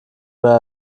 mal